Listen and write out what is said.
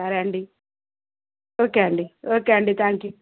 సరే అండి ఓకే అండి ఓకే అండి థ్యాంక్ యూ